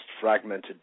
fragmented